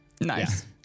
Nice